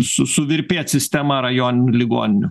su suvirpėt sistema rajoninių ligoninių